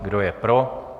Kdo je pro?